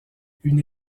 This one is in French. une